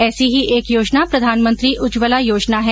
ऐसी ही एक योजना प्रधानमंत्री उज्जवला योजना है